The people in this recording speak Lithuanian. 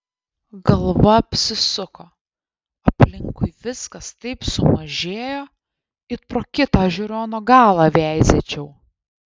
galva apsisuko aplinkui viskas taip sumažėjo it pro kitą žiūrono galą veizėčiau